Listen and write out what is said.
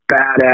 badass